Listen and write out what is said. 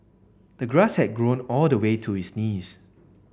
the grass had grown all the way to his knees